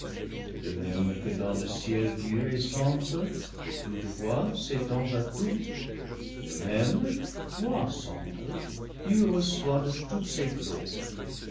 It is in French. de même que dans le ciel dieu est centre et toutefois s'étend à tout de même toi centre tu re çois de tous ces globes